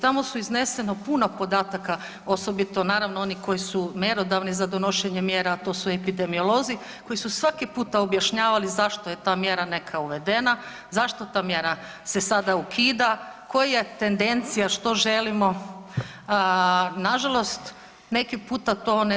Tamo su izneseno puno podataka, osobito naravno onih koji su mjerodavni za donošenje mjera, a to su epidemiolozi, koji su svaki puta objašnjavali zašto je ta mjera neka uvedena, zašto ta mjera se sada ukida, koja je tendencija, što želimo, nažalost neki puta to ne dopre do javnosti.